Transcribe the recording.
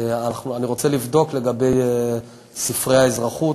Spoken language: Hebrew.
אני רוצה לבדוק לגבי ספרי האזרחות: